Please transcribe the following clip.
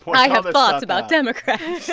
and i have thoughts about democrats.